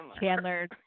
Chandler